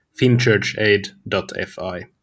finchurchaid.fi